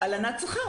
הלנת שכר.